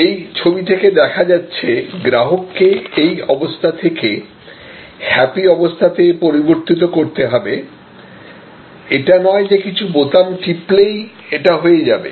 এই ছবি থেকে দেখা যাচ্ছে গ্রাহককে এই অবস্থা থেকে হ্যাপি অবস্থাতে পরিবর্তিত করতে হবে এটা নয় যে কিছু বোতাম টিপলেই এটা হয়ে যাবে